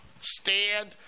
stand